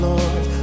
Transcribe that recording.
Lord